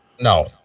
no